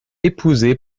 épousée